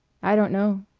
i don't know.